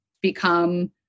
become